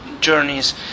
journeys